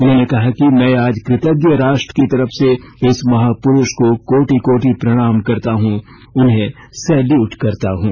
उन्होंने कहा कि मैं आज कृतज्ञ राष्ट्र की तरफ से इस महापुरुष को कोटि कोटि प्रणाम करता हूं उन्हें सैल्यूट करता हूं